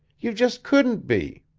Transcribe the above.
you just couldn't be.